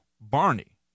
Barney